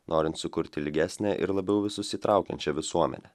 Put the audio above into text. norint sukurti lygesnę ir labiau visus įtraukiančią visuomenę